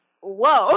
whoa